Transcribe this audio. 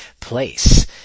place